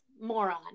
moron